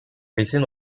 basin